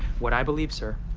what i believe sir,